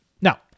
Now